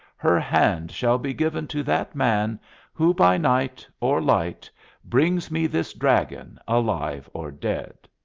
her hand shall be given to that man who by night or light brings me this dragon, alive or dead!